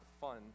fun